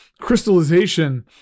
crystallization